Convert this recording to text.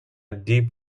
deep